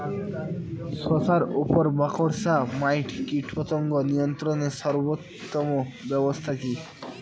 শশার উপর মাকড়সা মাইট কীটপতঙ্গ নিয়ন্ত্রণের সর্বোত্তম ব্যবস্থা কি?